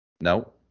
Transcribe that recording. No